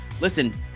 listen